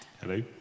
hello